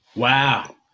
Wow